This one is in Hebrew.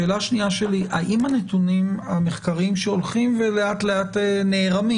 השאלה השנייה שלי היא: האם הנתונים המחקריים שהולכים ולאט לאט נערמים,